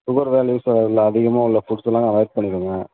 sugar values அதில் அதிகமாக உள்ள ஃப்ரூட்ஸ் எல்லாம் அவாய்ட் பண்ணிக்கோங்க